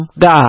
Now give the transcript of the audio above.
God